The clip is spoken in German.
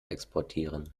exportieren